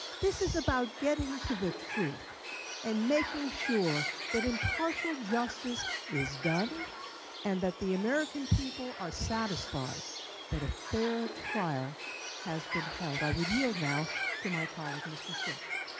this is about getting to the truth and making sure that impartial justice is done and that the american people are satisfied that a fair trial has been held. i would yield now to my colleague, mr. schiff.